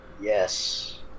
Yes